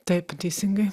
taip teisingai